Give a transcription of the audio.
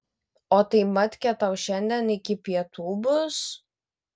o tai matkė tau šiandien iki pietų bus